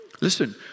listen